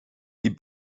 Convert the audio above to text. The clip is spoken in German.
die